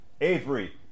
Avery